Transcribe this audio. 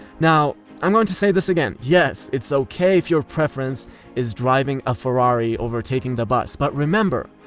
now i'm going to say this again. yes, it's okay if your preference is driving a ferrari over taking the bus. but remember,